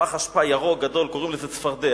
פח אשפה ירוק, גדול, קוראים לזה "צפרדע",